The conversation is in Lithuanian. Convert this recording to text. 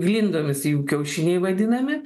glindomis jų kiaušiniai vadinami